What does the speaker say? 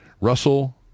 Russell